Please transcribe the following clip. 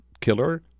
killer